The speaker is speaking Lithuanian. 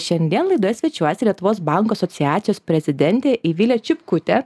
šiandien laidoje svečiuojasi lietuvos bankų asociacijos prezidentė eivilė čipkutė